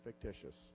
fictitious